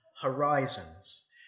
horizons